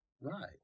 Right